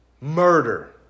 Murder